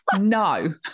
No